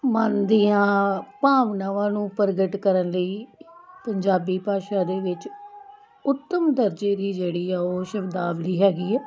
ਮਨ ਦੀਆਂ ਭਾਵਨਾਵਾਂ ਨੂੰ ਪ੍ਰਗਟ ਕਰਨ ਲਈ ਪੰਜਾਬੀ ਭਾਸ਼ਾ ਦੇ ਵਿੱਚ ਉੱਤਮ ਦਰਜੇ ਦੀ ਜਿਹੜੀ ਆ ਉਹ ਸ਼ਬਦਾਵਲੀ ਹੈਗੀ ਹੈ